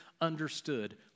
understood